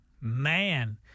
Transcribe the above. Man